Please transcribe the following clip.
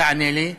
תענה לי.